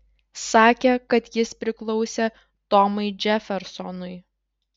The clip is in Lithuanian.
sakė kad jis priklausė tomui džefersonui